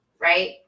right